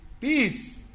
peace